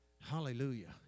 Hallelujah